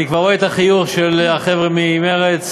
אני כבר רואה את החיוך של החבר'ה ממרצ,